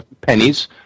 pennies